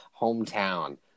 hometown